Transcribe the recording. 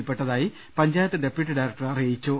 യിൽപ്പെട്ടതായി panchayat deputy director അറിയിച്ചു